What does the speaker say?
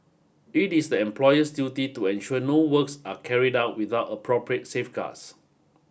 it is the employer's duty to ensure no works are carried out without appropriate safeguards